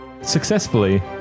Successfully